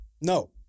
No